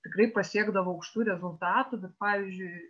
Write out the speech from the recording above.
tikrai pasiekdavo aukštų rezultatų bet pavyzdžiui